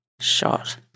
shot